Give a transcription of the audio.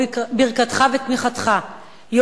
ברכתך ותמיכתך,